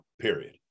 period